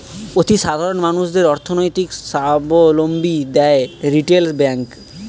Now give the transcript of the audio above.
অতি সাধারণ মানুষদের অর্থনৈতিক সাবলম্বী দেয় রিটেল ব্যাঙ্ক